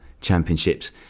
Championships